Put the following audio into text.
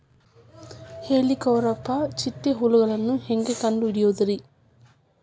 ಹೇಳಿಕೋವಪ್ರ ಚಿಟ್ಟೆ ಹುಳುಗಳನ್ನು ಹೆಂಗ್ ಕಂಡು ಹಿಡಿಯುದುರಿ?